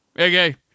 Okay